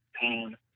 pain